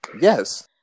Yes